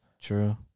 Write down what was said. True